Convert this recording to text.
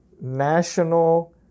national